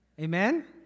Amen